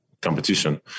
competition